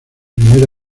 primer